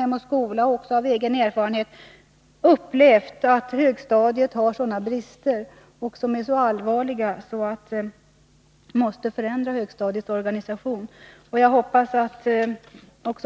Hem och skola, men också genom egen erfarenhet, upplevt att högstadiet har brister som är så allvarliga att vi nu måste förändra dess organisation. Jag hoppas att